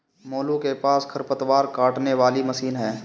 मोलू के पास खरपतवार काटने वाली मशीन है